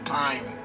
time